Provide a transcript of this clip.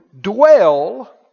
dwell